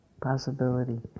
possibility